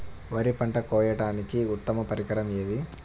వరి పంట కోయడానికి ఉత్తమ పరికరం ఏది?